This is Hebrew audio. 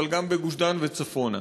אבל גם בגוש-דן וצפונה.